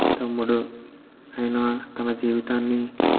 తమ్ముడు ఆయన తన జీవితాన్ని